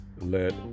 let